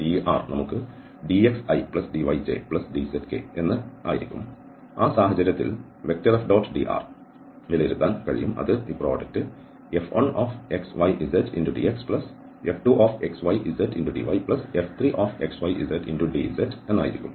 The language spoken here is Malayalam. dr നമുക്ക് dxidyjdzk എന്ന് ആയിരിക്കും ആ സാഹചര്യത്തിൽ F⋅dr വിലയിരുത്താൻ കഴിയും അത് ഈ പ്രോഡക്ട് F1xyzdxF2xyzdyF3xyzdzആയിരിക്കും